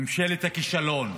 ממשלת הכישלון.